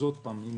יש